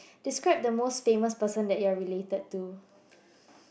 describe the most famous person that you're related to